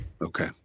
Okay